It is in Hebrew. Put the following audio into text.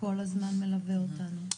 כל הזמן מלווה אותנו.